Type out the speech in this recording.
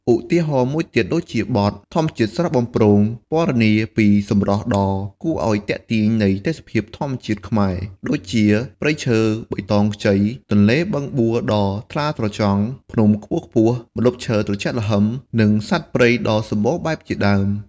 ឧទាហរណ៍មួយទៀតដូចជាបទ "ធម្មជាតិស្រស់បំព្រង" ពណ៌នាពីសម្រស់ដ៏គួរឲ្យទាក់ទាញនៃទេសភាពធម្មជាតិខ្មែរ ដូចជាព្រៃឈើបៃតងខ្ចី ទន្លេបឹងបួដ៏ថ្លាត្រចង់ ភ្នំខ្ពស់ៗ ម្លប់ឈើត្រជាក់ល្ហឹម និងសត្វព្រៃដ៏សម្បូរបែបជាដើម។